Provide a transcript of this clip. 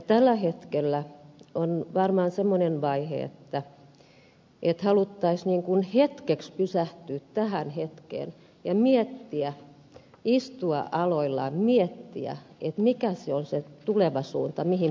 tällä hetkellä on varmaan semmoinen vaihe että haluttaisiin hetkeksi pysähtyä tähän hetkeen ja istua aloillaan miettiä mikä on se tuleva suunta mihin pitää lähteä